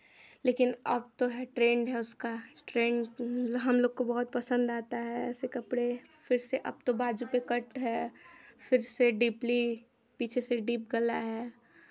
लेकिन अब तो है ट्रेंड है उसका ट्रेंड हमलोग को बहुत पसंद आता है ऐसे कपड़े फिर से अब तो बाजू पे कट है फिर से डीपली पीछे से डीप गला है